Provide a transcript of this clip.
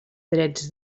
drets